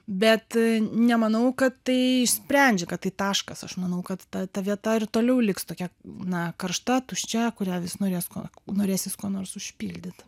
bet nemanau kad tai išsprendžia kad tai taškas aš manau kad ta ta vieta ir toliau liks tokia na karšta tuščia kurią vis norės kuo norėsis kuo nors užpildyt